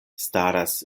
staras